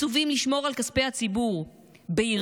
מצווים לשמור על כספי הציבור ביראה,